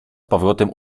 powrotem